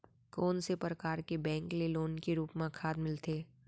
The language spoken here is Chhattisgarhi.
कोन से परकार के बैंक ले लोन के रूप मा खाद मिलथे?